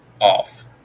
off